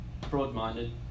broad-minded